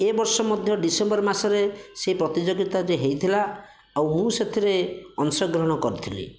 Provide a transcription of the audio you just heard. ଏ ବର୍ଷ ମଧ୍ୟ ଡିସେମ୍ବର ମାସରେ ସେ ପ୍ରତିଯୋଗିତା ଯେ ହୋଇଥିଲା ଆଉ ମୁଁ ସେଥିରେ ଅଂଶ ଗ୍ରହଣ କରିଥିଲି